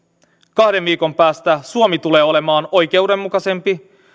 kahden viikon päästä suomi tulee olemaan oikeudenmukaisempi